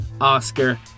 Oscar